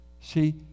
See